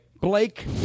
Blake